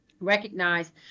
recognize